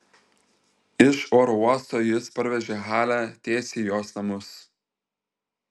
iš oro uosto jis parvežė halę tiesiai į jos namus